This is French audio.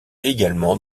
également